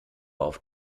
auf